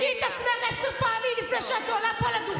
והקונספציה עדיין שלטת.